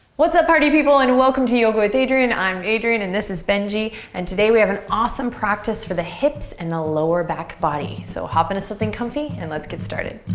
what's up party people? and welcome to yoga with adriene. i'm adriene and this is benji and today we have an awesome practice for the hips and the lower back body. so hop into something comfy and let's get started.